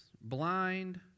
blind